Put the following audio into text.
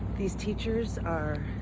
these teachers are